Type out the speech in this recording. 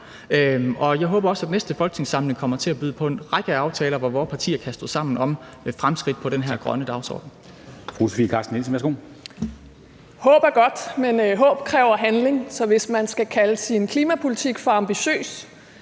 jeg håber også, at næste folketingssamling kommer til at byde på en række aftaler, hvor vores partier kan stå sammen om at skabe fremskridt på den grønne dagsorden.